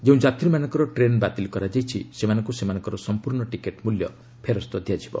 ଯେଉଁ ଯାତ୍ରୀମାନଙ୍କର ଟ୍ରେନ୍ ବାତିଲ କରାଯାଇଛି ସେମାନଙ୍କୁ ସେମାନଙ୍କର ସମ୍ପୂର୍ଣ୍ଣ ଟିକେଟ୍ ମୂଲ୍ୟ ଫେରସ୍ତ ଦିଆଯିବ